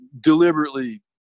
deliberately